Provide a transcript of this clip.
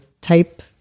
type